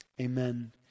Amen